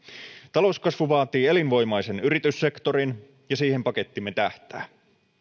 talouskasvu vaatii elinvoimaisen yrityssektorin ja siihen pakettimme tähtää